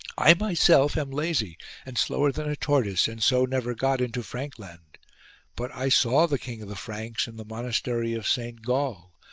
i myself am lazy and slower than a tortoise, and so never got into frankland but i saw the king of the franks in the monastery of saint gall,